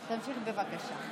תמשיך, בבקשה.